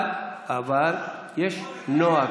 אבל יש נוהג.